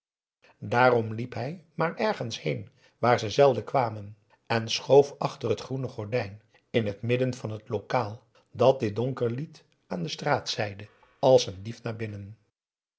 daarom liep hij maar ergens heen waar ze zelden kwamen en schoof achter het groene gordijn in het midden van het lokaal dat dit boe akar eel donker liet aan de straatzijde als een dief naar binnen